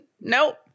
nope